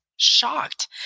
Shocked